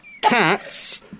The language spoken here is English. Cats